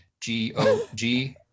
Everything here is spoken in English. G-O-G